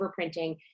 overprinting